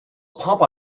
papa